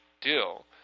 deal